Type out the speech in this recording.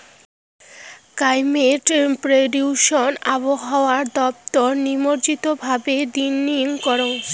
climate prediction আবহাওয়া দপ্তর নিয়মিত ভাবে দিননি করং